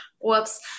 whoops